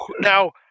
now